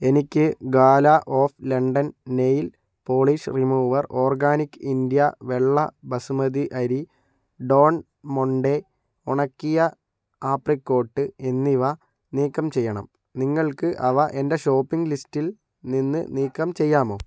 എനിക്ക് gala of London nail polish remover organic India വെള്ള ബസുമതി അരി ഡോൺ മൊണ്ടെ ഉണക്കിയ ആപ്രിക്കോട്ട് എന്നിവ നീക്കം ചെയ്യണം നിങ്ങൾക്ക് അവ എന്റെ ഷോപ്പിംഗ് ലിസ്റ്റിൽ നിന്ന് നീക്കം ചെയ്യാമോ